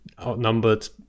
outnumbered